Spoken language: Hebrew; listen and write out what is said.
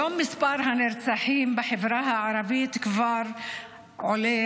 היום מספר הנרצחים בחברה הערבית כבר עולה